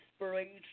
inspiration